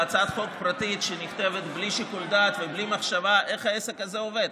בהצעת חוק פרטית שנכתבת בלי שיקול דעת ובלי מחשבה איך העסק הזה עובד.